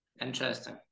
interesting